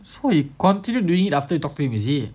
so he continued doing it after talking is it